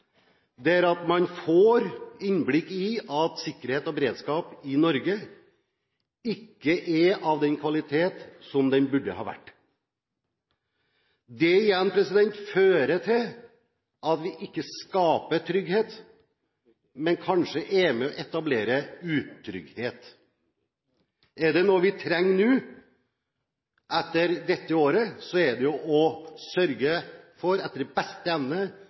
der man får innblikk i at sikkerhet og beredskap i Norge ikke er av den kvalitet som den burde ha vært. Det igjen fører til at vi ikke skaper trygghet, men kanskje er med på å etablere utrygghet. Er det noe vi trenger nå, etter dette året, er det etter beste evne å sørge for